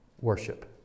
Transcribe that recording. worship